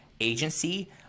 agency